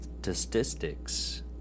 statistics